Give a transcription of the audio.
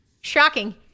Shocking